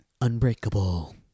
Unbreakable